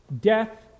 Death